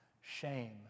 shame